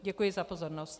Děkuji za pozornost.